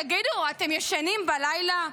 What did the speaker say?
תגידו, אתם ישנים בלילה?